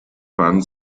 fanden